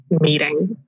meeting